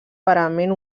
parament